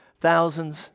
Thousands